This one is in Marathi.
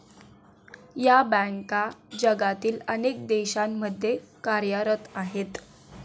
या बँका जगातील अनेक देशांमध्ये कार्यरत आहेत